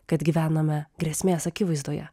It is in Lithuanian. kad gyvename grėsmės akivaizdoje